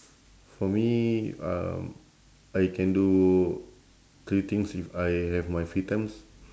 for me um I can do three things if I have my free times